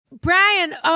Brian